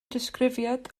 disgrifiad